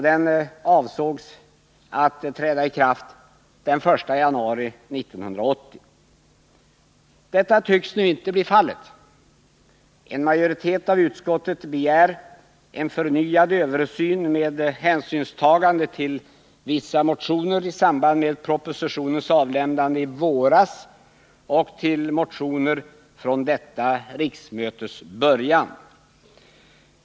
Den avsågs att träda i kraft den 1 januari 1980. Detta tycks nu inte bli fallet. En majoritet inom utskottet begär en förnyad översyn med hänsynstagande till vissa motioner som väcktes i samband med propositionens avlämnande i våras och till motioner som väcktes vid detta riksmötes början.